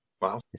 Wow